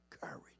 courage